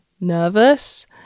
nervous